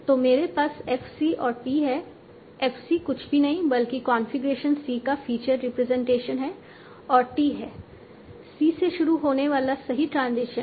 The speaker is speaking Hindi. तो मेरे पास f c और t है f c कुछ भी नहीं बल्कि कॉन्फ़िगरेशन c का फीचर रिप्रेजेंटेशन है और t है c से शुरू होने वाला सही ट्रांजिशन